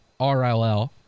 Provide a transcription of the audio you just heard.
RLL